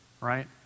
right